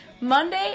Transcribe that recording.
Monday